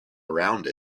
around